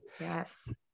Yes